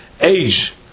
age